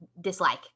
dislike